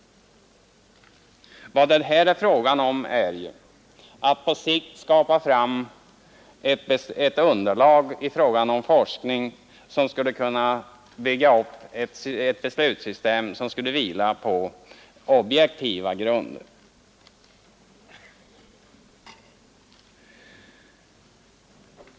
Vad det här är fråga om är att på sikt skapa fram ett forskningsunderlag som skulle kunna bygga upp ett beslutssystem som vilade på objektiva grunder.